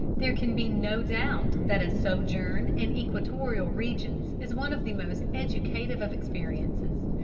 there can be no doubt that a sojourn in equatorial regions is one of the most educative of experiences.